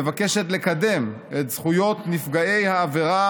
מבקשת לקדם את זכויות נפגעי העבירה